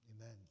amen